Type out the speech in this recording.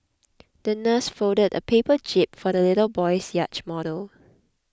the nurse folded a paper jib for the little boy's yacht model